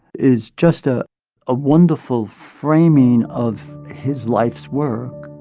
is just a a wonderful framing of his life's work